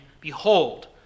Behold